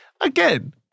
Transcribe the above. again